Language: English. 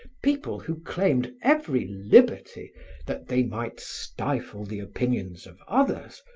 people who claimed every liberty that they might stifle the opinions of others,